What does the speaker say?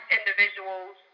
individuals